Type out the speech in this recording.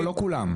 לא, לא כולם.